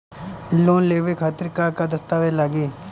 Loan लेवे खातिर का का दस्तावेज लागी?